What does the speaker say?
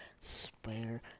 spare